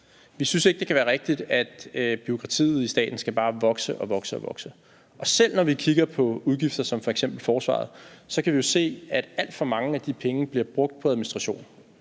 Vi synes ikke, det kan være rigtigt, at bureaukratiet i staten bare skal vokse og vokse, og selv når vi kigger på udgifter som f.eks. forsvaret, kan vi se, at alt for mange af de penge bliver brugt på administration.